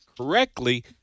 correctly